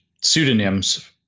pseudonyms